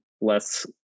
less